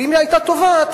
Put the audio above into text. ואם היא היתה טובעת,